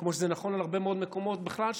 כמו שזה נכון להרבה מאוד מקומות בכלל.